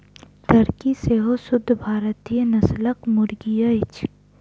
Turkey सेहो शुद्ध भारतीय नस्लक मुर्गी अछि